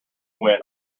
went